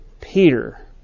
Peter